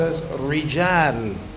Rijal